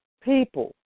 people